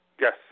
Yes